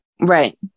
Right